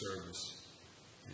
service